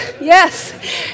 Yes